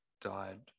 died